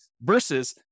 versus